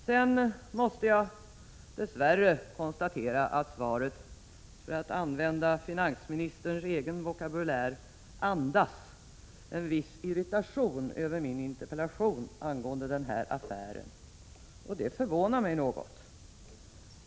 Sedan måste jag dess värre konstatera att svaret — för att använda finansministerns egen vokabulär — ”andas” en viss irritation över min interpellation angående den här affären, och det förvånar mig något.